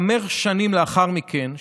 חמש שנים לאחר מכן,